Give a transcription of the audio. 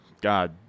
God